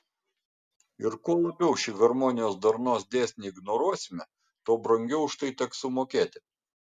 ir kuo labiau šį harmonijos darnos dėsnį ignoruosime tuo brangiau už tai teks sumokėti